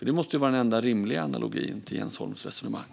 Det måste vara den enda rimliga analogin till Jens Holms resonemang.